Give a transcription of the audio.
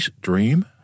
dream